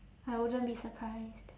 I wouldn't be surprised